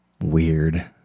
Weird